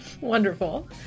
Wonderful